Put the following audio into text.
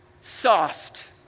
soft